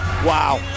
Wow